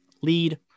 lead